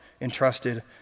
entrusted